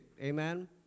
amen